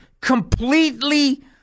completely